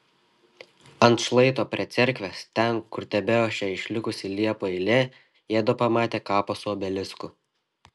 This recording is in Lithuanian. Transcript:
ant šlaito prie cerkvės ten kur tebeošė išlikusi liepų eilė jiedu pamatė kapą su obelisku